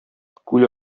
күл